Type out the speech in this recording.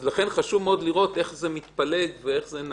אז לכן חשוב מאוד לראות איך זה מתפלג ונעשה.